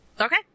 Okay